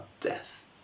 death